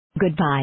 Goodbye